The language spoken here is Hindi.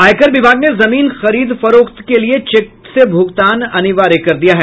आयकर विभाग ने जमीन खरीद फरोख्त के लिए चेक से भूगतान अनिवार्य कर दिया है